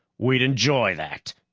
we'd enjoy that.